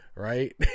Right